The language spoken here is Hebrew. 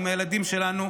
עם הילדים שלנו,